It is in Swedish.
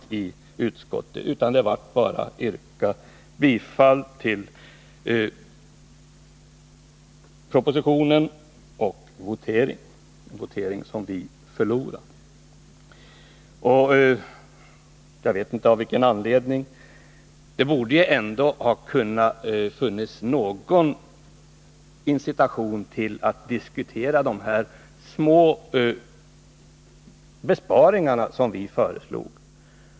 Man tillstyrkte bara propositionen, och sedan blev det votering, en votering som vi förlorade. Jag vet inte anledningen, men det borde ändå ha funnits något incitament för att diskutera de här små besparingarna som vi föreslog.